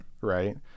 right